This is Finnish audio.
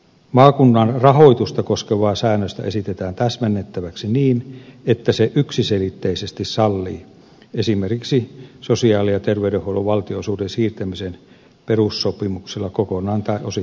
maakunnan rahoitusta koskevaa säännöstä esitetään täsmennettäväksi niin että se yksiselitteisesti sallii esimerkiksi sosiaali ja terveydenhuollon valtionosuuden siirtämisen perussopimuksella kokonaan tai osittain maakunnalle